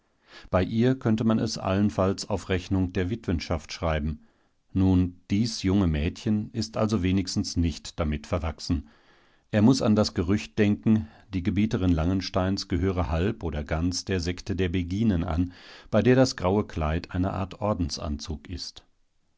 bei ihr könnte man es allenfalls auf rechnung der witwenschaft schreiben nun dies junge mädchen ist also wenigstens nicht damit verwachsen er muß an das gerücht denken die gebieterin langensteins gehöre halb oder ganz der sekte der beginen an bei der das graue kleid eine art ordensanzug ist